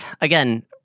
Again